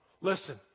Listen